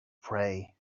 pray